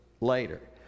later